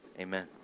Amen